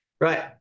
Right